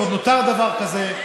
אם עוד נותר דבר כזה,